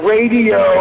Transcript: Radio